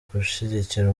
gushyigikira